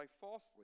falsely